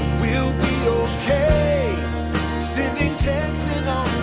we'll be ok sending texts and